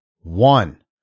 one